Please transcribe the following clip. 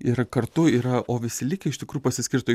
ir kartu yra o visi likę iš tikrų pasiskirsto